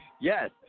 Yes